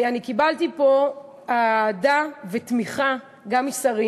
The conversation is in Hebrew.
אני קיבלתי פה אהדה ותמיכה גם משרים